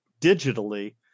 digitally